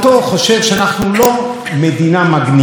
אני חי כנראה במדינה מדליקה,